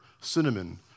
cinnamon